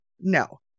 No